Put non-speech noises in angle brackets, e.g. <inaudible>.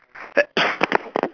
<noise>